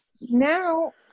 now